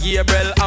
Gabriel